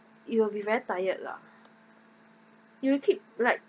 you will be very tired lah you will keep like